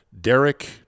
Derek